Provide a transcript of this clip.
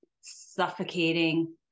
suffocating